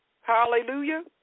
Hallelujah